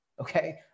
okay